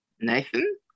Nathan